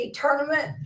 tournament